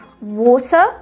water